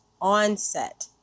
onset